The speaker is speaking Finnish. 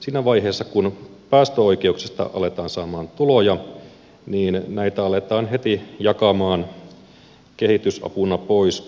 siinä vaiheessa kun päästöoikeuksista aletaan saada tuloja näitä aletaan heti jakaa kehitysapuna pois